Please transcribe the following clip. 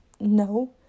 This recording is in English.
no